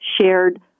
shared